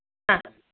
ആഹ്